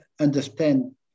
understand